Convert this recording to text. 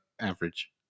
Average